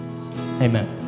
Amen